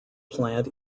plant